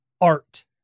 art